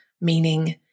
meaning